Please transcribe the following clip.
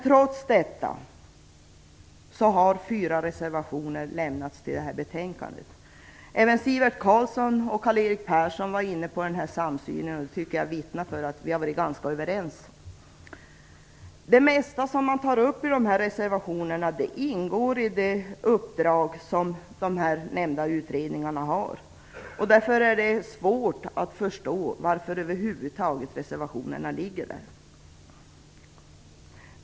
Trots detta har fyra reservationer fogats till betänkandet. Även Sivert Carlsson och Karl-Erik Persson var inne på den samsyn som råder, vilket vittnar om att vi har varit ganska överens. Det mesta som tas upp i dessa reservationer ingår i det uppdrag som de omnämnda utredningarna redan har. Därför är det svårt att förstå varför reservationerna över huvud taget har avgivits.